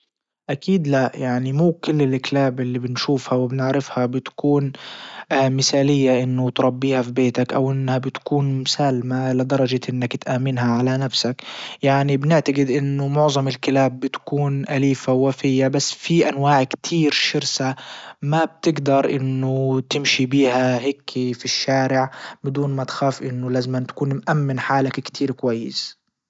اكيد لأ يعني مو كل الكلاب اللي بنشوفها وبنعرفها بتكون مثالية انه تربيها في بيتك او انها بتكون سالمة لدرجة انك تأمنها على نفسك. يعني بنعتجد انه معظم الكلاب بتكون اليفة ووفية بس في انواع كتير شرسة. ما بتجدر انه تمشي بيها هيكي في الشارع بدون ما تخاف انه لازما تكون مأمن حالك كتير كويس.